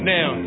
Now